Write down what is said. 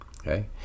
okay